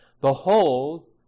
Behold